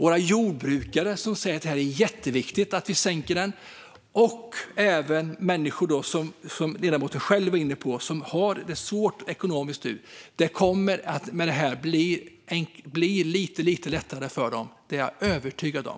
Våra jordbrukare säger att det är jätteviktigt att vi sänker reduktionsplikten. Det gäller även för människor som har det svårt ekonomiskt, som ledamoten själv var inne på. Det kommer med detta att bli lite lättare för dem. Det är jag övertygad om.